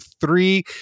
three